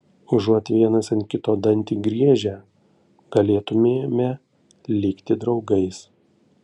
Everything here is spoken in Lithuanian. užuot vienas ant kito dantį griežę galėtumėme likti draugais